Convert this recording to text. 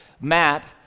Matt